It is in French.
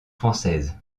française